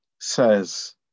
says